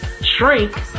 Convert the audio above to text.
shrink